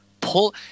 pull